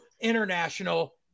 international